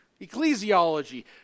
Ecclesiology